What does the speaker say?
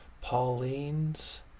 Pauline's